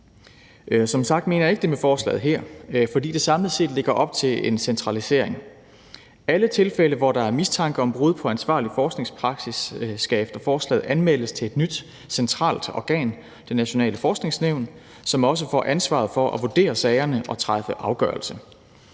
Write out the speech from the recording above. Som sagt mener jeg ikke, at det er med forslaget her, fordi det samlet set lægger op til en centralisering. Alle tilfælde, hvor der er mistanke om brud på ansvarlig forskningspraksis, skal efter forslaget anmeldes til et nyt centralt organ, det nationale forskningsnævn, som også får ansvaret for at vurdere sagerne og træffe afgørelse.